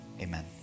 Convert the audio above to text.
Amen